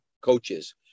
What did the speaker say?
coaches